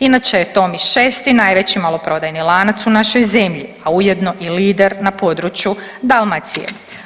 Inače je Tommy 6 najveći maloprodajni lanac u našoj zemlji, a ujedno i lider na području Dalmacije.